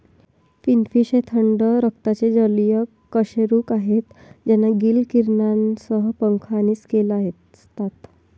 finfish हे थंड रक्ताचे जलीय कशेरुक आहेत ज्यांना गिल किरणांसह पंख आणि स्केल असतात